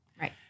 Right